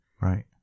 Right